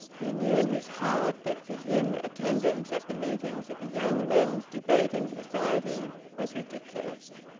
he knew in his heart that for him attendance at the meetings of the young men's debating society was ridiculous.